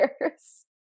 years